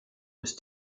ist